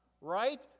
Right